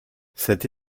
cette